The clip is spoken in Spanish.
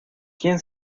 quien